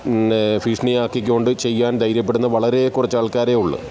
പിന്നെ ഭീഷണിയാക്കിക്കൊണ്ട് ചെയ്യാൻ ധൈര്യപ്പെടുന്ന വളരെ കുറച്ച് ആൾക്കാരേയുള്ളൂ